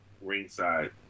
ringside